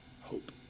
hope